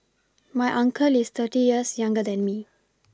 my uncle is thirty years younger than me